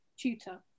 tutor